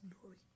glory